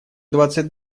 двадцать